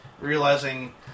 Realizing